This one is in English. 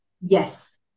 yes